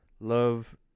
Love